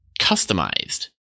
customized